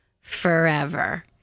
forever